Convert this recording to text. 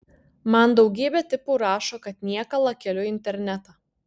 man daugybė tipų rašo kad niekalą keliu į internetą